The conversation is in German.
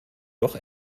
doch